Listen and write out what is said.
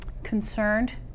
Concerned